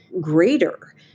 greater